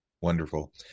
Wonderful